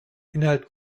inhalt